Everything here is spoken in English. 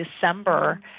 December